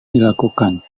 dilakukan